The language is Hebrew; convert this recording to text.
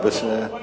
בלשנות.